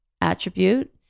attribute